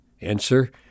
answer